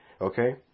Okay